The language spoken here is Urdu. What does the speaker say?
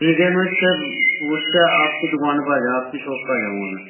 ٹھیک ہے میں اس سے پوچھ کے آپ کی دکان پہ آ جاؤں آپ کی شاپ پہ آ جاؤں گا میں